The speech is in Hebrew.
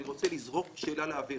אני רוצה לזרוק שאלה לאוויר.